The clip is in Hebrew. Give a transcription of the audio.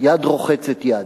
"יד רוחצת יד".